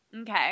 Okay